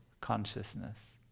consciousness